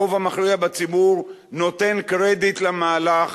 הרוב המכריע בציבור נותן קרדיט למהלך,